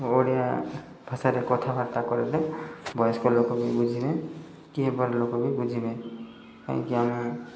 ଓଡ଼ିଆ ଭାଷାରେ କଥାବାର୍ତ୍ତା କରିଲେ ବୟସ୍କ ଲୋକ ବି ବୁଝିବେ କିଏ ବଡ଼ ଲୋକ ବି ବୁଝିବେ କାହିଁକି ଆମେ